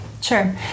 Sure